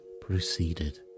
proceeded